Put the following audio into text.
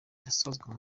irasozwa